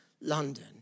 London